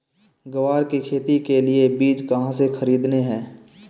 ग्वार की खेती के लिए बीज कहाँ से खरीदने हैं?